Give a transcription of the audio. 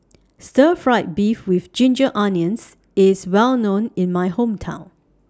Stir Fry Beef with Ginger Onions IS Well known in My Hometown